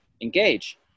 engage